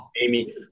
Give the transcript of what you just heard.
Amy